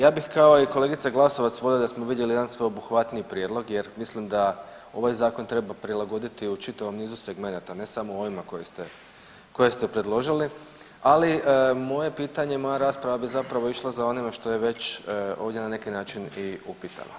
Ja bih kao i kolegica Glasovac volio da smo vidjeli jedan sveobuhvatniji prijedlog jer mislim da ovaj zakon treba prilagoditi u čitavom nizu segmenata, ne samo u ovima koje ste, koje ste predložili, ali moje pitanje i moja rasprava bi zapravo išla za onime što je već ovdje na neki način i upitano.